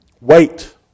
Wait